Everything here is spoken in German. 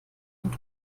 und